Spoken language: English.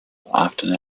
often